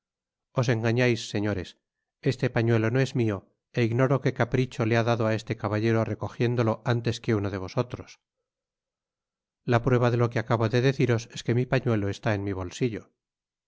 dijo os engañais señores este pañuelo no es mío é ignoro qué capricho le ha dado á este caballero recogiéndolo antes que uno de vosotros la prueba de lo que acabo de deciros es que mi pañuelo está en mi bolsillo